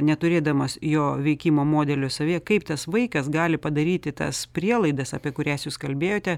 neturėdamas jo veikimo modelio savyje kaip tas vaikas gali padaryti tas prielaidas apie kurias jūs kalbėjote